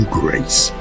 grace